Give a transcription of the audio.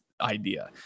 idea